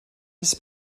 his